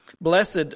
Blessed